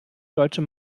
deutsche